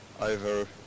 over